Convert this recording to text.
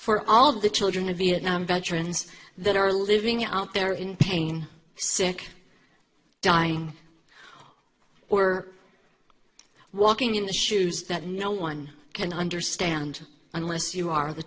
for all the children of vietnam veterans that are living out there in pain sick dying or walking in the shoes that no one can understand unless you are the